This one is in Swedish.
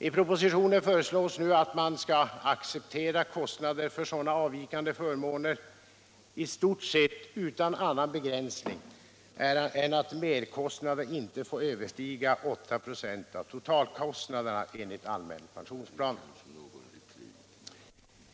I propositionen föreslås nu att man skall acceptera kostnader för sådana avvikande förmåner i stort sett utan annan begränsning än att merkostnaderna inte får överstiga 8 96 av totalkostnaderna enligt allmän pensionsplan.